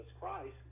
Christ